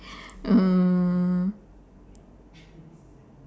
mm